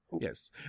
Yes